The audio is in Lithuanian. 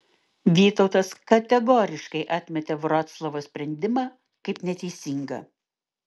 vytautas kategoriškai atmetė vroclavo sprendimą kaip neteisingą